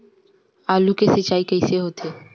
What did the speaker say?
आलू के सिंचाई कइसे होथे?